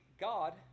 God